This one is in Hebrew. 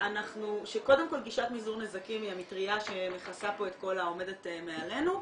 שקודם כל גישת מיזעור נזקים היא המטריה שמכסה פה ועומדת מעלינו,